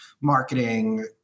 marketing